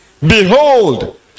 Behold